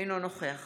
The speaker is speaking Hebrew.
אינו נוכח